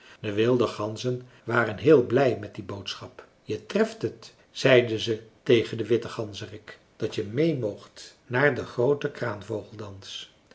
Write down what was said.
de wilde ganzen waren heel blij met die boodschap je treft het zeiden ze tegen den witten ganzerik dat je meê moogt naar den grooten